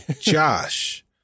Josh